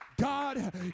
god